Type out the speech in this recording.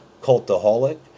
Cultaholic